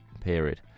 period